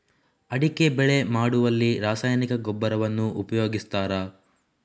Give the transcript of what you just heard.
ಅಡಿಕೆ ಬೆಳೆ ಮಾಡುವಲ್ಲಿ ರಾಸಾಯನಿಕ ಗೊಬ್ಬರವನ್ನು ಉಪಯೋಗಿಸ್ತಾರ?